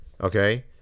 okay